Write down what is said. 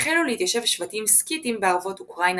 החלו להתיישב שבטים סקיתים בערבות אוקראינה